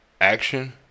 action